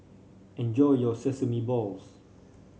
enjoy your Sesame Balls